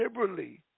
liberally